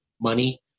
money